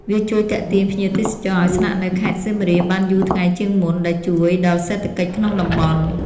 វាជួយទាក់ទាញភ្ញៀវទេសចរឱ្យស្នាក់នៅខេត្តសៀមរាបបានយូរថ្ងៃជាងមុន ដែលជួយដល់សេដ្ឋកិច្ចក្នុងតំបន់។